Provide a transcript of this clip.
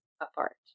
apart